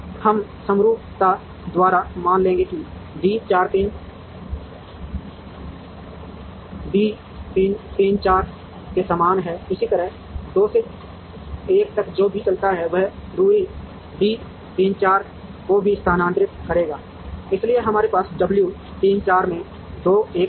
हम समरूपता द्वारा मान लेंगे कि d 4 3 d 3 4 के समान है इसी तरह 2 से 1 तक जो भी चलता है वह दूरी d 3 4 को भी स्थानांतरित करेगा इसलिए हमारे पास w 3 4 में 2 1 होगा